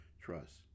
trust